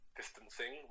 distancing